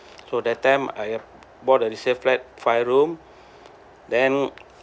so that time I have bought a resale flat five room then